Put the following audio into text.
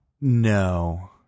No